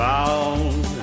Bound